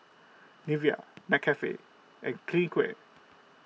Nivea McCafe and Clinique